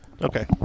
Okay